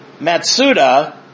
Matsuda